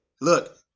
look